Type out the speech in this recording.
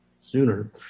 sooner